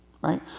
Right